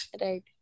Right